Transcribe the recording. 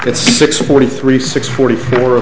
it's six forty three six forty four